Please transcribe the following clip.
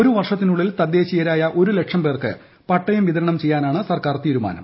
ഒരു വർഷത്തിനുള്ളിൽ തദ്ദേശീയരായ ഒരു ലക്ഷം പേർക്ക് പട്ടയം വിതരണം ചെയ്യാനാണ് സർക്കാർ തീരുമാനം